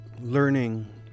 learning